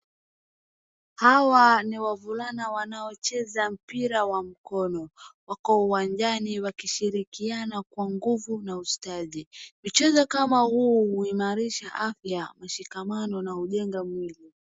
Hawa ni wavulana wanaocheza mpira wa mkono. Wako uwanjani wakishirikiana na kwa nguvu na ustadi. Michezo kama huu huimarisha afya mshikamano na hujenga mwili.